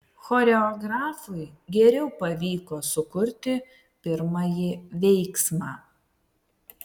choreografui geriau pavyko sukurti pirmąjį veiksmą